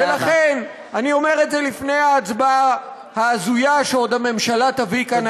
ולכן אני אומר את זה לפני ההצבעה ההזויה שהממשלה תביא כאן עוד הערב,